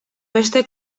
beste